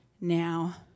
now